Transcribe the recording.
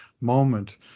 moment